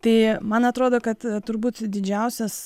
tai man atrodo kad turbūt didžiausias